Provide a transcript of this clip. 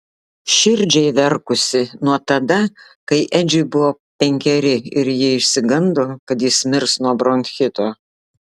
širdžiai verkusi nuo tada kai edžiui buvo penkeri ir ji išsigando kad jis mirs nuo bronchito